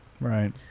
Right